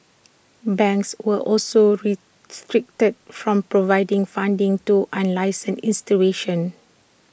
banks were also restricted from providing funding to unlicensed institutions